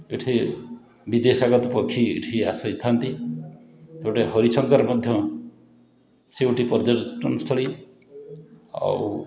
ଏଠି ବିଦେଶାଗତ ପକ୍ଷୀ ଏଠିକି ଆସିଥାନ୍ତି ଗୋଟେ ହରିଶଙ୍କର ମଧ୍ୟ ସେ ଗୋଟେ ପର୍ଯ୍ୟଟନସ୍ଥଳୀ ଆଉ